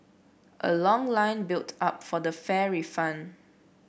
a long line built up for the fare refund